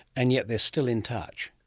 and yet they're still in touch.